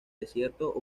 desierto